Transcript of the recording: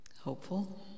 Hopeful